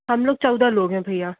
हम लोग चौदह लोग हैं भैया